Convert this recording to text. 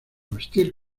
vestir